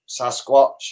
sasquatch